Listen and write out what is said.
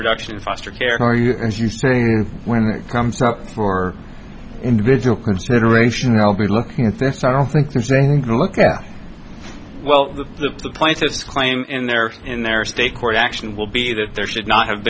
reduction in foster care for you as you say when it comes up for individual consideration i'll be looking at this i don't think they're saying go look at well the for the plaintiffs claim in their in their state court action will be that there should not have